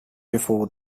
before